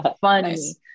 funny